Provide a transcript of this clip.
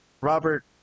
Robert